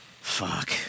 Fuck